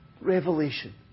revelation